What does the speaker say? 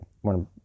one